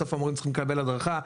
בסוף המורים הרי צריכים לקבל הדרכה,